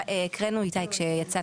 איתי, הקראנו כשיצאת.